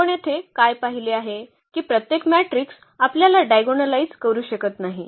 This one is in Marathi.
तर आपण येथे काय पाहिले आहे की प्रत्येक मॅट्रिक्स आपल्याला डायगोनलायइझ करू शकत नाही